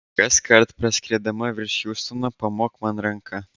kaskart praskriedama virš hjustono pamok man ranka